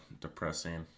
depressing